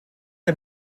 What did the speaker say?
der